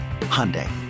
Hyundai